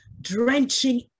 drenching